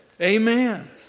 Amen